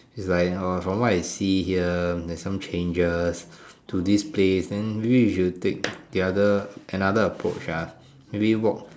is like uh from what I see here there's some changes to this place then maybe you should take the other another approach ah maybe walk